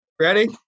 Ready